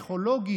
לחברות הגדולות,